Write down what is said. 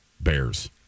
bears